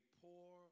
poor